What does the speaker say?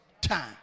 time